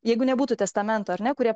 jeigu nebūtų testamento ar ne kurie